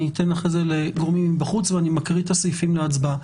נשמע אחר כך גורמים מבחוץ ונקריא את הסעיפים להצבעה.